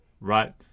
right